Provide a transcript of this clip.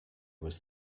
was